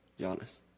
Giannis